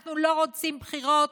אנחנו לא רוצים בחירות